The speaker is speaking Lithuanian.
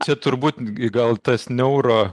čia turbūt gal tas neuro